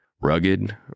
Rugged